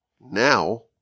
now